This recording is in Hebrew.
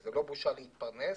וזה לא בושה להתפרנס,